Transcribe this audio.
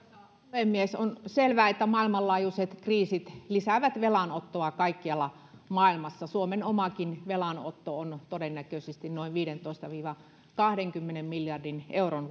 puhemies on selvää että maailmanlaajuiset kriisit lisäävät velanottoa kaikkialla maailmassa suomen omakin velanotto on todennäköisesti noin viidentoista viiva kahdenkymmenen miljardin euron